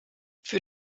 für